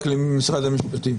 למשרד המשפטים.